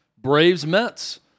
Braves-Mets